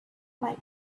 might